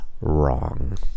wrong